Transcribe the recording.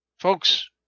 Folks